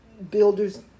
builders